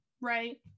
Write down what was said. right